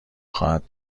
خواهد